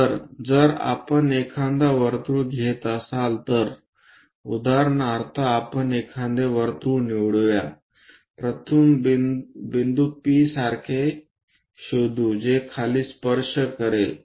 तर जर आपण एखादा वर्तुळ घेत असाल तर उदाहरणार्थ आपण एखादे वर्तुळ निवडूया प्रथम बिंदू P सारखे शोधू जे खाली स्पर्श करेल